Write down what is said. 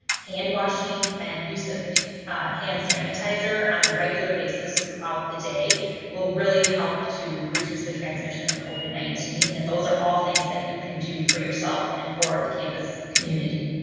hand washing and use of hand sanitizer on a regular basis throughout the day will really help to reduce the transmission of covid nineteen. and those are all things that you can do for yourself and for the campus community.